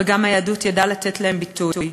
וגם היהדות ידעה לתת להם ביטוי.